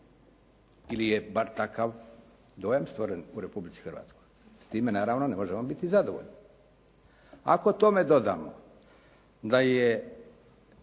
ili je bar takav dojam stvoren u Republici Hrvatskoj. S time naravno ne možemo biti zadovoljni. Ako tome dodamo da je